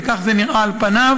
וכך זה נראה על פניו,